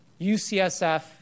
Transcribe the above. UCSF